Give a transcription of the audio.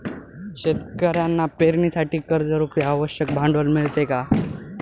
शेतकऱ्यांना पेरणीसाठी कर्जरुपी आवश्यक भांडवल मिळते का?